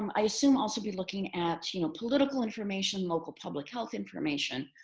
um i assume also be looking at you know political information, local public health information,